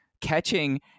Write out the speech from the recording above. catching